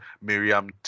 Miriam